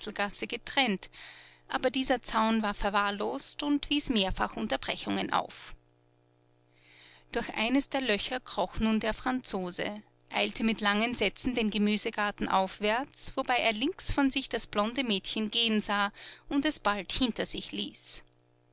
getrennt aber dieser zaun war verwahrlost und wies mehrfach unterbrechungen auf durch eines der löcher kroch nun der franzose eilte mit langen sätzen den gemüsegarten aufwärts wobei er links von sich das blonde mädchen gehen sah und es bald hinter sich ließ